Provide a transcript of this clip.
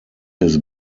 his